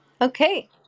okay